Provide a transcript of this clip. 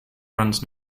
runs